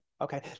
Okay